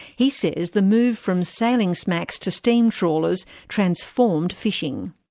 he says the move from sailing smacks to steam trawlers transformed fishing.